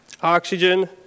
oxygen